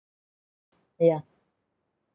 yeah